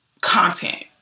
content